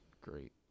Great